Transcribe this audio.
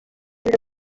biro